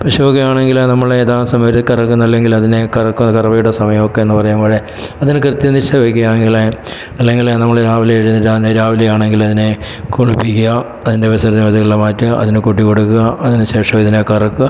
പശു ഒക്കെ ആണെങ്കിൽ നമ്മൾ യഥാ സമയം ഒരു കറക്കുന്നു അല്ലെങ്കിൽ അതിനെ കറക്കുക കറവയുടെ സമയമൊക്കെ എന്ന് പറയുമ്പോൾ അതിന് കൃത്യനിഷ്ഠ വയ്ക്കാമെങ്കിൽ അല്ലെങ്കിൽ നമ്മൾ രാവിലെ എഴുന്നേറ്റ് അന്ന് രാവിലെ ആണെങ്കിൽ അതിനെ കുളിപ്പിക്കുക അതിൻ്റെ വിസർജ്ജനം അതെല്ലാം മാറ്റുക അതിന് കൂട്ടി കൊടുക്കുക അതിന് ശേഷം ഇതിനെ കറക്കുക